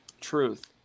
Truth